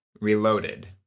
Reloaded